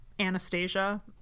Anastasia